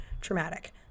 traumatic